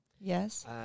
Yes